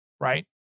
right